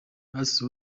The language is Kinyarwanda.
ace